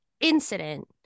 incident